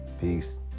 peace